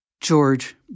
George